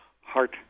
heart